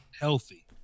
Healthy